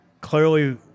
clearly